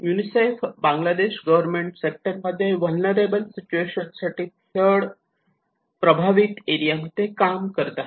UNICEF Bangladesh government सेक्टरमध्ये vulnerable situation साठी flood प्रभावित एरिया मध्ये काम करत आहे